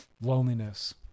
Loneliness